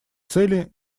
цели